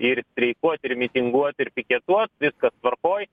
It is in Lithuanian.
ir streikuot ir mitinguot ir piketuot viskas tvarkoj